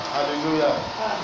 Hallelujah